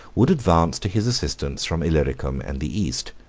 would advance to his assistance from illyricum and the east.